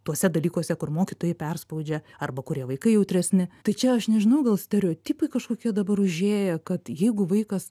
tuose dalykuose kur mokytojai perspaudžia arba kurie vaikai jautresni tai čia aš nežinau gal stereotipai kažkokie dabar užėję kad jeigu vaikas